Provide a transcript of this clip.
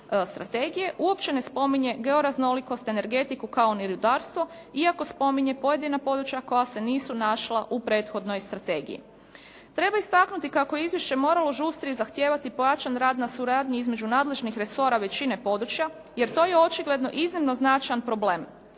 uopće ne spominje georaznolikost, energetiku kao ni rudarstvo iako spominje pojedina područja koja se nisu našla u prethodnoj strategiji. Treba istaknuti kako je izvješće moralo žustrije zahtijevati pojačan rad na suradnji između nadležnih resora većine područja jer to je očigledno iznimno značajan problem.